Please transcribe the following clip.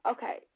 Okay